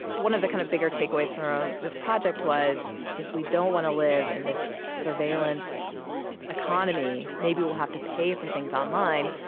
one of the kind of bigger takeaways from this project was if don't want to live in this surveillance economy, maybe we'll have to pay for things online.